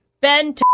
Ben